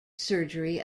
surgery